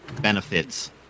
benefits